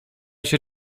się